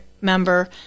member